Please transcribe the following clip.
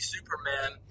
Superman